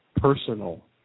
personal